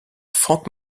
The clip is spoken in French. frank